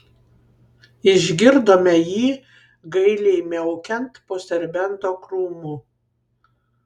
išgirdome jį gailiai miaukiant po serbento krūmu